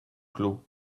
clos